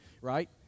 right